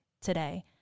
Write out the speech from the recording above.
today